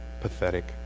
pathetic